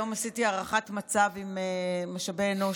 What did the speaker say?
היום עשיתי הערכת מצב עם משאבי אנוש,